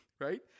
right